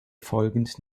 folgend